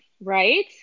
right